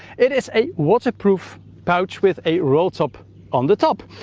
it is a waterproof pouch with a roll top on the top.